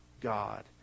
God